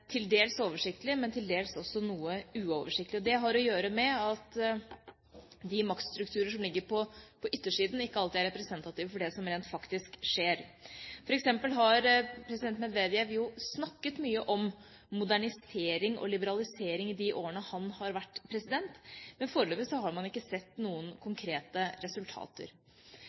til dels oversiktlig, men til dels også noe uoversiktlig. Det har å gjøre med at de maktstrukturer som ligger på yttersiden, ikke alltid er representative for det som rent faktisk skjer. For eksempel har president Medvedev snakket mye om modernisering og liberalisering de årene han har vært president, men foreløpig har man ikke sett noen konkrete resultater.